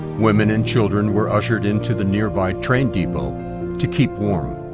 women and children were ushered into the nearby train depot to keep warm.